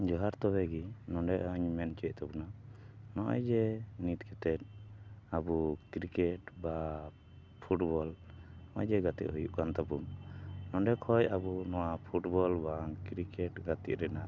ᱡᱚᱦᱟᱨ ᱛᱚᱵᱮ ᱜᱮ ᱱᱚᱸᱰᱮ ᱤᱧ ᱢᱮᱱ ᱦᱚᱪᱚᱭᱮᱫ ᱛᱟᱵᱚᱱᱟ ᱱᱚᱜᱼᱚᱭ ᱡᱮ ᱱᱤᱛ ᱠᱟᱛᱮᱫ ᱟᱵᱚ ᱠᱨᱤᱠᱮᱴ ᱵᱟ ᱯᱷᱩᱴᱵᱚᱞ ᱱᱚᱜᱼᱚᱭ ᱡᱮ ᱜᱟᱛᱮᱜ ᱦᱩᱭᱩᱜ ᱠᱟᱱ ᱛᱟᱵᱚᱱᱟ ᱱᱚᱸᱰᱮ ᱠᱷᱚᱱ ᱟᱵᱚ ᱱᱚᱣᱟ ᱯᱷᱩᱴᱵᱚᱞ ᱵᱟᱝ ᱠᱨᱤᱠᱮᱴ ᱜᱟᱛᱮᱜ ᱨᱮᱱᱟᱜ